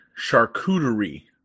charcuterie